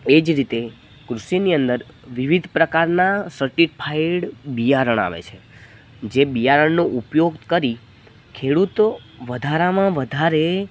એ જ રીતે કૃષીની અંદર વિવિધ પ્રકારના સર્ટિફાઇડ બિયારણ આવે છે જે બિયારણનો ઉપયોગ કરી ખેડૂતો વધારામાં વધારે